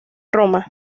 roma